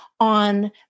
on